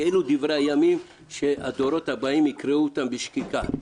כי אלה דברי הימים שהדורות הבאים יקראו בשקיקה.